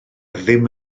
ddim